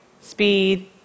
speed